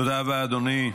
תודה רבה, אדוני.